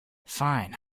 fine